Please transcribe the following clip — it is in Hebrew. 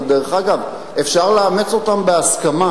אבל דרך אגב, אפשר לאמץ אותם בהסכמה.